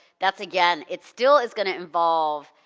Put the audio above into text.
that's again, it still is gonna involve,